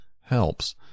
helps